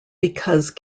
because